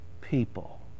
people